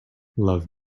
love